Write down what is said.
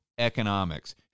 economics